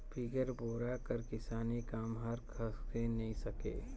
बिगर बोरा कर किसानी काम हर खसके नी सके